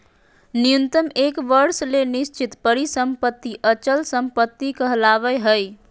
न्यूनतम एक वर्ष ले निश्चित परिसम्पत्ति अचल संपत्ति कहलावय हय